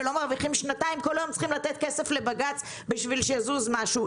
שלא מרוויחים שנתיים וכל היום צריכים לתת כסף לבג"ץ בשביל שיזוז משהו.